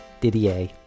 Didier